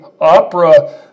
opera